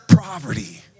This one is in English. poverty